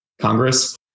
Congress